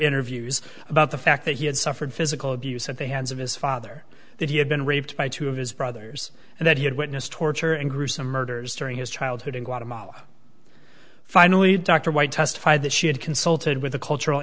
interviews about the fact that he had suffered physical abuse at the hands of his father that he had been raped by two of his brothers and that he had witnessed torture and gruesome murders during his childhood in guatemala finally dr white testified that she had consulted with a cultural